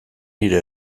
nire